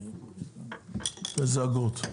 איזה אגרות?